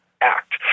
act